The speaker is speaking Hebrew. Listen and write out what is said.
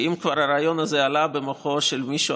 שאם כבר הרעיון הזה עלה במוחו הקודח של מישהו,